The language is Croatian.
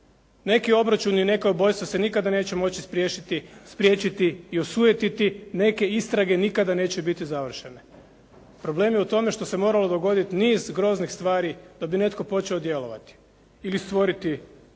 Neki obračuni i neka ubojstva se nikada neće moći spriječiti i osujetiti, neke istrage nikada neće biti završene. Problem je u tome što se moralo dogoditi niz groznih stvari da bi netko počeo djelovati ili stvoriti privid